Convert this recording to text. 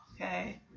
okay